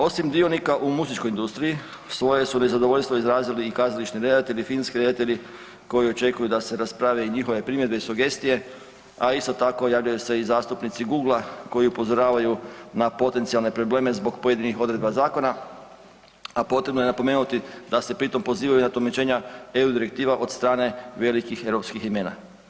Osim dionika u muzičkoj industriji svoje su nezadovoljstvo izrazili i kazališni redatelji i filmski redatelji koji očekuju da se rasprave i njihove primjedbe i sugestije, a isto tako javljaju se i zastupnici Googla koji upozoravaju na potencijalne probleme zbog pojedinih odredaba zakona, a potrebno je napomenuti da se pri tom pozivaju na tumačenja EU direktiva od strane velikih europskih imena.